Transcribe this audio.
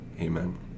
Amen